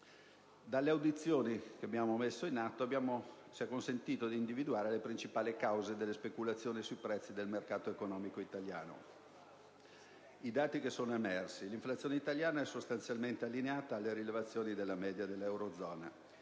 Le audizioni messe in atto ci hanno consentito di individuare le principali cause delle speculazioni sui prezzi del mercato economico italiano. Secondo i dati emersi, l'inflazione italiana è sostanzialmente allineata alle rilevazioni della media dell'eurozona.